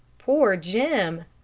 poor jim!